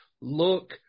look